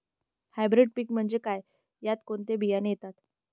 Hybrid पीक म्हणजे काय? यात कोणते बियाणे येतात?